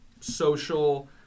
social